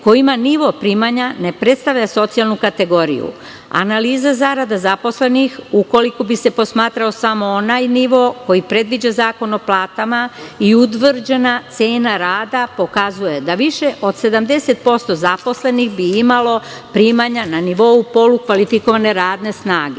kojima nivo primanja ne prestavlja socijalnu kategoriju. Analiza zarada zaposlenih, ukoliko bi se posmatrao samo onaj nivo koji predviđa Zakon o platama i utvrđena cena rada pokazuje da više od 70% zaposlenih bi imalo primanja na nivou polukvalifikovane radne